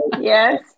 yes